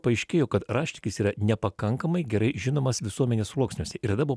paaiškėjo kad raštikis yra nepakankamai gerai žinomas visuomenės sluoksniuose ir tada buvo